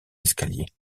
escalier